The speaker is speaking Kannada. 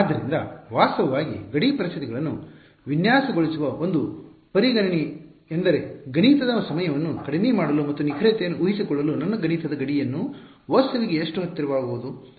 ಆದ್ದರಿಂದ ವಾಸ್ತವವಾಗಿ ಗಡಿ ಪರಿಸ್ಥಿತಿಗಳನ್ನು ವಿನ್ಯಾಸಗೊಳಿಸುವ ಒಂದು ಪರಿಗಣನೆಯೆಂದರೆ ಗಣಿತದ ಸಮಯವನ್ನು ಕಡಿಮೆ ಮಾಡಲು ಮತ್ತು ನಿಖರತೆಯನ್ನು ಉಳಿಸಿಕೊಳ್ಳಲು ನನ್ನ ಗಣಿತದ ಗಡಿಯನ್ನು ವಸ್ತುವಿಗೆ ಎಷ್ಟು ಹತ್ತಿರವಾಗುವುದು